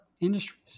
industries